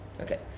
Okay